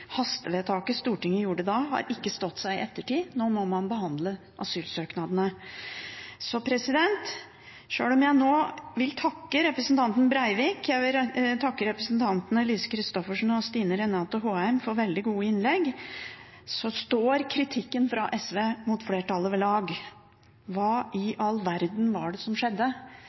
hastevedtaket som Stortinget gjorde da, har ikke stått seg i ettertid. Nå må man behandle asylsøknadene. Så sjøl om jeg nå vil takke representantene Terje Breivik, Lise Christoffersen og Stine Renate Håheim for veldig gode innlegg, står kritikken fra SV mot flertallet ved lag: Hva i all verden var det som skjedde